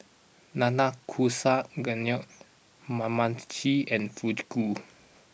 Nanakusa Gayu Kamameshi and Fugu